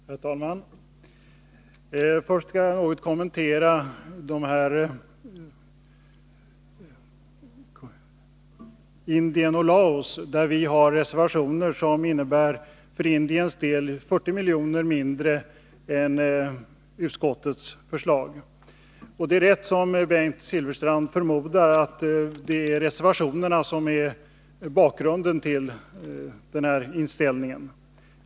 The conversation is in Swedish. Herr talman! Först skall jag något kommentera Indien och Laos, där vi har reservationer som för Indiens del innebär 40 miljoner mindre än utskottets förslag. Det är rätt, som Bengt Silfverstrand förmodar, att det är de outnyttjade reservationerna som är bakgrunden till denna inställning.